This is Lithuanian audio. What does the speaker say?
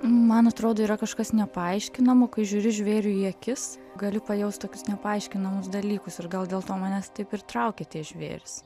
man atrodo yra kažkas nepaaiškinamo kai žiūri žvėriui į akis gali pajaust tokius nepaaiškinamus dalykus ir gal dėl to manęs taip ir traukia tie žvėrys